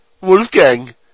Wolfgang